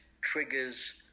triggers